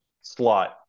slot